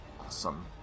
awesome